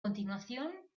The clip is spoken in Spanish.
continuación